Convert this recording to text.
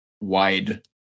wide